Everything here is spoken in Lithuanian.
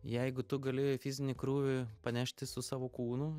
jeigu tu gali fizinį krūvį panešti su savo kūnu